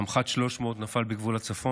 סמח"ט 300, נפל בגבול הצפון,